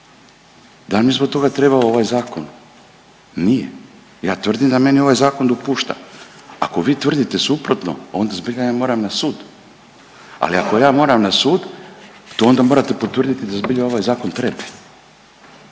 Da li mi je zbog toga trebao ovaj zakon? Nije. Ja tvrdim da meni ovaj zakon dopušta. Ako vi tvrdite suprotno onda zbilja ja moram na sud. Ali ako ja moram na sud, to onda morate potvrditi da zbilja ovaj zakon treba.